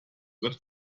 wird